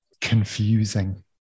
confusing